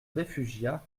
réfugia